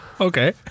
Okay